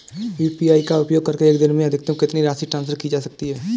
UPI का उपयोग करके एक दिन में अधिकतम कितनी राशि ट्रांसफर की जा सकती है?